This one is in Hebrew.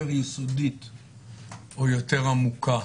עמוקה.